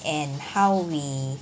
and how we